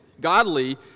godly